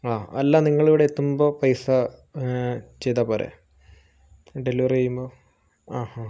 അതെ അല്ല നിങ്ങൾ ഇവിടെ എത്തുമ്പോ പൈസ ചെയ്താൽ പോരെ ഡെലിവറി ചെയ്യുമ്പോൾ അ അ